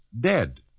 dead